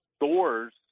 doors